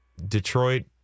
Detroit